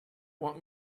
want